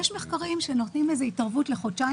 יש מחקרים שבהם נותנים איזו התערבות למשך חודשיים